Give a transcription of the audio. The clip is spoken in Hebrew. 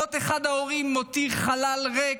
מות אחד ההורים מותיר חלל ריק,